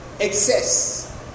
excess